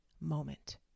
moment